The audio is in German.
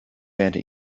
werde